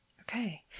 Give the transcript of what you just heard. Okay